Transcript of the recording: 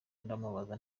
ndamubaza